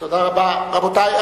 תודה רבה, רבותי.